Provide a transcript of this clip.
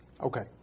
Okay